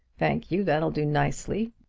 thank you that'll do nicely,